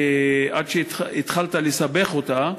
עד שהתחלת לסבך אותה,